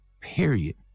period